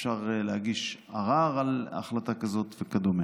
אפשר להגיש ערר על החלטה כזאת וכדומה.